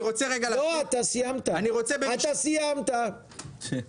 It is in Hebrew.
סיימת לדבר.